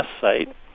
site